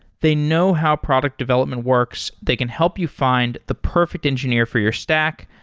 they know how product development works. they can help you find the perfect engineer for your stack,